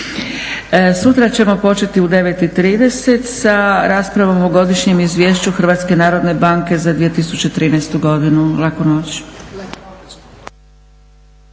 Sutra ćemo početi u 9,30 sa raspravom o Godišnjem izvješću Hrvatske narodne banke za 2013. godinu. Laku noć.